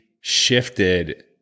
shifted